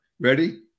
ready